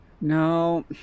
No